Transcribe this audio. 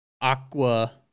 Aqua